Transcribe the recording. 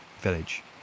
village